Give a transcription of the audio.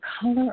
Color